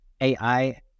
AI